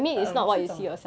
I will 这种的